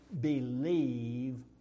believe